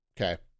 Okay